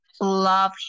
love